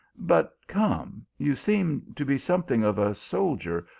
but come, you seem to be something of a soldier,